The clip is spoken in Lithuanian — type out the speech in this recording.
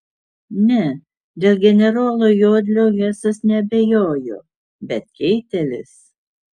ne dėl generolo jodlio hesas neabejojo bet keitelis